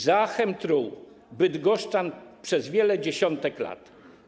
Zachem truł bydgoszczan przez wiele dziesiątek lat.